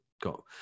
got